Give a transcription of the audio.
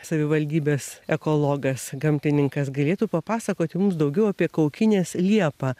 savivaldybės ekologas gamtininkas galėtų papasakoti mums daugiau apie kaukinės liepą